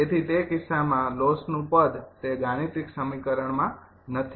તેથી તે કિસ્સામાં લોસ નું પદ તે ગાણિતિક સમીકરણમાં નથી